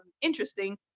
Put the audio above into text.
interesting